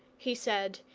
he said,